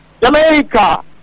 Jamaica